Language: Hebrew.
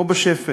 או בשפל.